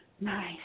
nice